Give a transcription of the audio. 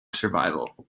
survival